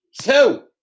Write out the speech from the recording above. Two